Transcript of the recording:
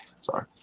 Sorry